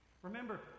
Remember